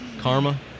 Karma